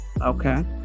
Okay